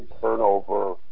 turnover